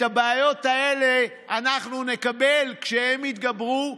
את הבעיות האלה אנחנו נקבל כשהן יתגברו,